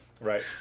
Right